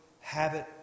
habit